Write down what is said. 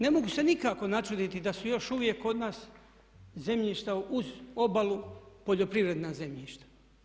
Ne mogu se nikako načuditi da su još uvijek kod nas zemljišta uz obalu poljoprivredna zemljišta.